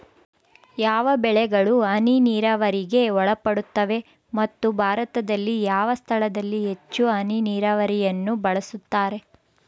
ಯಾವ ಬೆಳೆಗಳು ಹನಿ ನೇರಾವರಿಗೆ ಒಳಪಡುತ್ತವೆ ಮತ್ತು ಭಾರತದಲ್ಲಿ ಯಾವ ಸ್ಥಳದಲ್ಲಿ ಹೆಚ್ಚು ಹನಿ ನೇರಾವರಿಯನ್ನು ಬಳಸುತ್ತಾರೆ?